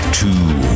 two